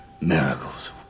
miracles